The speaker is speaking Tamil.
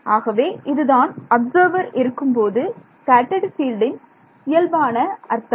ஆகவே இதுதான் அப்சர்வர் இருக்கும்போது ஸ்கேட்டர்ட் ஃபீல்டின் இயல்பான அர்த்தம்